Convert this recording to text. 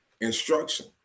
instruction